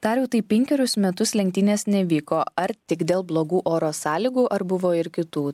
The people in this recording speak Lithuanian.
dariau tai penkerius metus lenktynės nevyko ar tik dėl blogų oro sąlygų ar buvo ir kitų